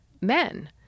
men